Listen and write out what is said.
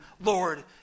Lord